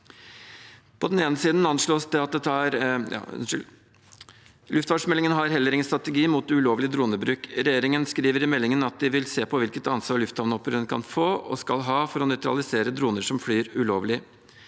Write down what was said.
Luftfartsmeldingen har heller ingen strategi mot ulovlig dronebruk. Regjeringen skriver i meldingen at de vil se på «hvilket ansvar lufthavnoperatørene kan få og skal ha, for å nøytralisere droner som flyr ulovlig».